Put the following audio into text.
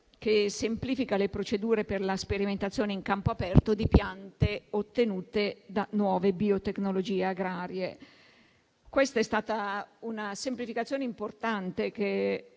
che semplifica le procedure per la sperimentazione in campo aperto di piante ottenute da nuove biotecnologie agrarie. Questa è stata una semplificazione importante che